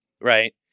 right